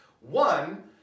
One